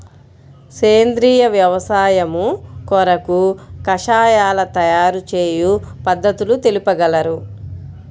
సేంద్రియ వ్యవసాయము కొరకు కషాయాల తయారు చేయు పద్ధతులు తెలుపగలరు?